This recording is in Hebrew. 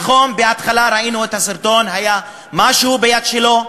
נכון, בהתחלה, ראינו את הסרטון, היה משהו ביד שלו,